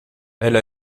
elle